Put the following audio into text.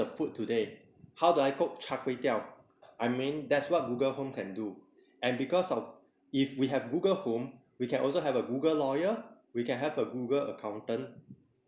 food today how do I cook char-kway-teow I mean that's what google home can do and because of if we have google home we can also have a google lawyer we can have a google accountant